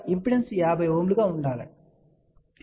impedance 50Ω గా ఉండాలని మనం కోరుకుంటున్నాము